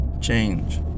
change